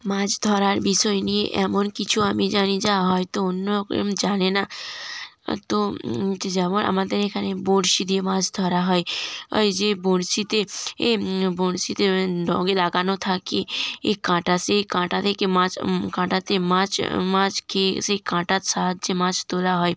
মাছ ধরার বিষয় নিয়ে এমন কিছু আমি জানি যা হয়তো অন্য কেউ জানে না তো যেমন আমাদের এখানে বড়শি দিয়ে মাছ ধরা হয় ওই যে বড়শিতে এ বড়শিতে ডগে লাগানো থাকে এ কাঁটা সেই কাঁটা থেকে মাছ কাঁটাতে মাছ মাছ খেয়ে সেই কাঁটার সাহায্যে মাছ তোলা হয়